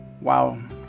Wow